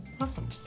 Awesome